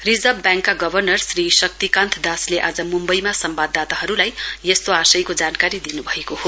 reserve ब्याङ्कका governor Shri Shaktikanta दासले आज मुम्बईमा संवाददाताहरूलाई यस्तो आशयको जानकारी दिनु भएको हो